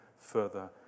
further